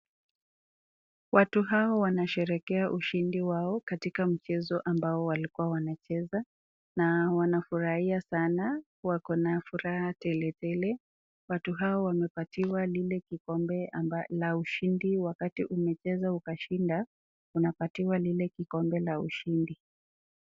Watu hawa wanasherekea ushindi wao katika mchezo ambao walikua wanacheza na wanafurahia sana. Wako na furaha tele. Watu hawa wamepatiwa lile kikombe la ushindi. Wakati umecheza ukashinda unapatiwa lile kikombe la ushindi.